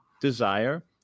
desire